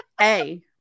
A-